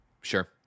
sure